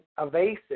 evasive